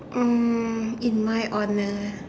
um in my honour